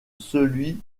celui